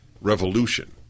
revolution